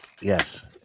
Yes